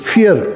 Fear